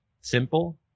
simple